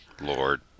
Lord